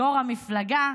יושב-ראש המפלגה.